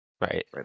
right